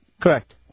Correct